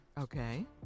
Okay